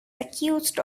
accused